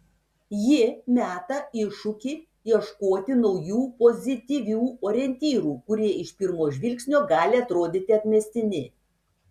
ji meta iššūkį ieškoti naujų pozityvių orientyrų kurie iš pirmo žvilgsnio gali atrodyti atmestini